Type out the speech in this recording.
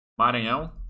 Maranhão